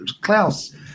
klaus